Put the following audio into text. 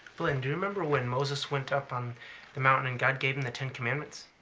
blynn, do you remember when moses went up on the mountain and god gave him the ten commandments?